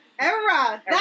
Era